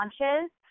launches